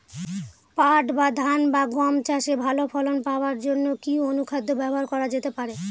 পাট বা ধান বা গম চাষে ভালো ফলন পাবার জন কি অনুখাদ্য ব্যবহার করা যেতে পারে?